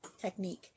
technique